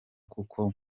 kuko